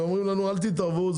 ואומרים לנו: אל תתערבו,